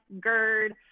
GERD